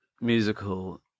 musical